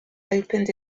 opened